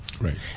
Right